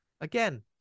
again